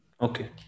okay